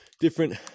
different